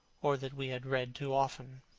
or that we had read too often.